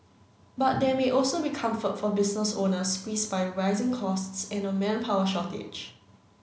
but there may also be comfort for business owners squeeze by rising costs and a manpower shortage